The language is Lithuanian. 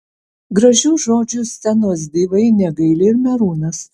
gražių žodžių scenos divai negaili ir merūnas